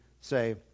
say